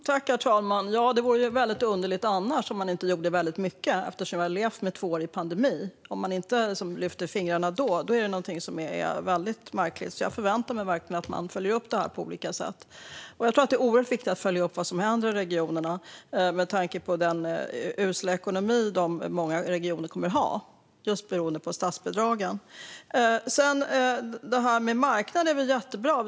Herr talman! Det vore ju underligt om man inte gjorde väldigt mycket eftersom vi har levat i två år med pandemi. Om man inte lyfter fingrarna då är det mycket märkligt, så jag förväntar mig verkligen att man följer upp detta på olika sätt. Jag tror att det är oerhört viktigt att följa upp vad som händer i regionerna med tanke på den usla ekonomi många regioner kommer att ha just beroende på statsbidragen. Detta med marknaden är jättebra.